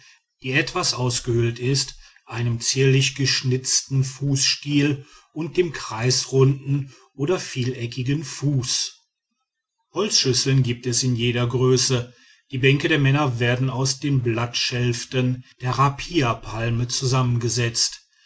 die etwas ausgehöhlt ist einem zierlich geschnitzten fußstiel und dem kreisrunden oder vieleckigen fuß holzschüsseln gibt es in jeder größe die bänke der männer werden aus den blattschäften der raphiapalme zusammengesetzt